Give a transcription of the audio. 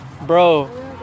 bro